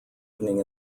evening